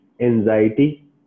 anxiety